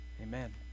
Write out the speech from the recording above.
Amen